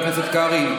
חבר הכנסת קרעי.